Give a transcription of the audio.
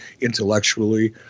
intellectually